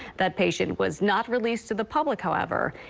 that patient was not released to the public, however.